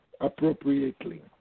appropriately